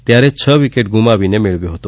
ત્યારે જ છ વિકેટ ગૂમાવીને મેળવ્યો હતો